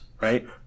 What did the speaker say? right